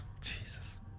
Jesus